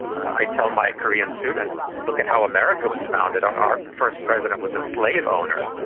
i tell my korean students, look at how america was founded, our first president was a slave owner.